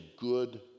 good